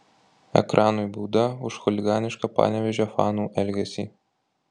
ekranui bauda už chuliganišką panevėžio fanų elgesį